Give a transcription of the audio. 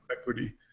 equity